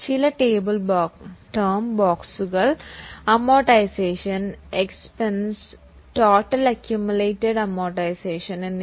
ചില ടേം ബോക്സുകൾ നൽകിയിരിക്കുന്നു കടം വീട്ടൽ ചെലവ് അക്കയുമിലേറ്റസ്ഡ് അമോർടൈസെഷൻ എന്നിവ